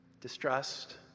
distrust